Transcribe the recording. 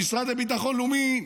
המשרד לביטחון לאומי,